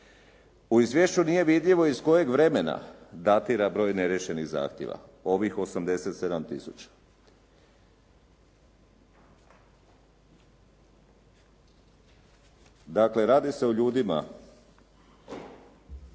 U izvješću nije vidljivo iz kojeg vremena datira broj neriješenih zahtjeva, ovih 87000. Dakle, radi se o ljudima